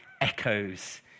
echoes